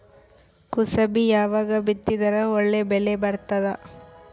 ಕುಸಬಿ ಯಾವಾಗ ಬಿತ್ತಿದರ ಒಳ್ಳೆ ಬೆಲೆ ಬರತದ?